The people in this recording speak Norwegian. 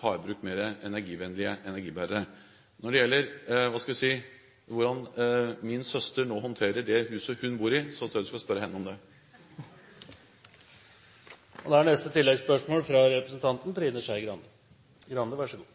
ta i bruk mer energivennlige energibærere. Når det gjelder hvordan min søster nå håndterer det huset hun bor i, tror jeg du skal spørre henne om det. Trine Skei Grande – til oppfølgingsspørsmål. Jeg må bemerke til representanten